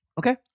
Okay